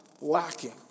lacking